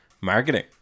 marketing